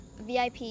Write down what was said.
VIP